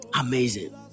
Amazing